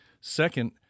Second